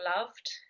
loved